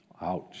Ouch